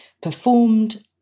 performed